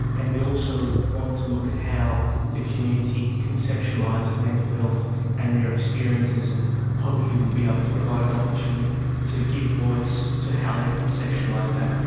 and we also wanted to look at how the community conceptualises mental health and their experiences, and hopefully will be able to provide an opportunity to give voice to how they conceptualise that,